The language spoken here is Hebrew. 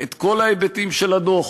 את כל ההיבטים של הדוח